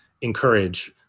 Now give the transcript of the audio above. encourage